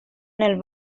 nel